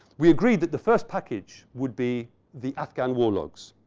we agreed that the first package would be the afghan war logs.